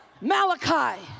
Malachi